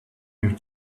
with